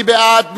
מי בעד?